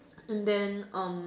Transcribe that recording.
and then